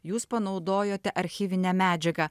jūs panaudojote archyvinę medžiagą